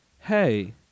hey